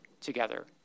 together